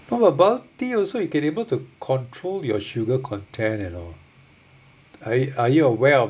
no but bubble tea also you can able to control your sugar content you know are are you aware of